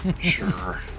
Sure